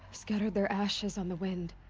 scattered their ashes on the wind.